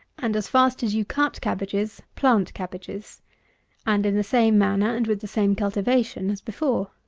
and, as fast as you cut cabbages, plant cabbages and in the same manner and with the same cultivation as before.